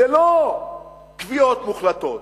זה לא קביעות מוחלטות.